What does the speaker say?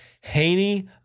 Haney